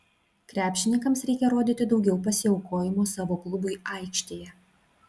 krepšininkams reikia rodyti daugiau pasiaukojimo savo klubui aikštėje